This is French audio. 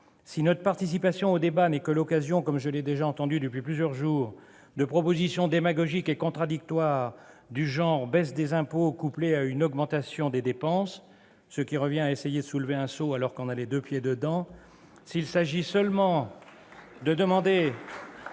Si notre participation au débat n'est que l'occasion, comme je l'ai déjà entendu depuis plusieurs jours, de faire des propositions démagogiques et contradictoires, du genre baisse des impôts couplée à une augmentation des dépenses, ce qui revient à essayer de soulever un seau alors qu'on a les deux pieds dedans, s'il s'agit demander